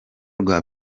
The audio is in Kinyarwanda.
rwa